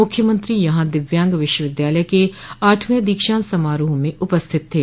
मुख्यमंत्री यहां दिव्यांग विश्वविद्यालय के आठवें दीक्षांत समारोह में उपस्थित थे